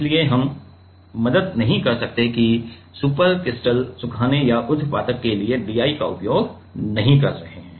इसलिए हम मदद नहीं कर सकते हैं कि हम सुपरक्रिटिकल सुखाने या ऊध्र्वपातक के लिए DI पानी का उपयोग नहीं कर रहे हैं